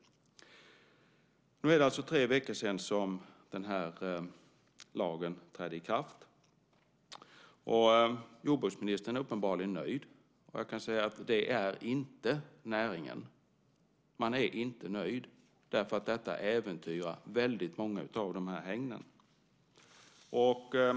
Nu är det alltså tre veckor sedan den här lagen trädde i kraft, och jordbruksministern är uppenbarligen nöjd. Jag kan säga att det är inte näringen. Man är inte nöjd därför att detta äventyrar väldigt många av dessa hägn.